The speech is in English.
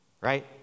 right